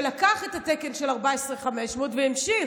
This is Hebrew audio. שלקח את התקן של 14,500 והמשיך,